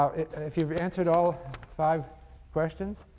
ah if you've answered all five questions,